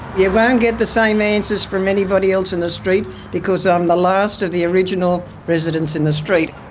yeah won't get the same answers from anybody else in the street because i'm the last of the original residents in the street.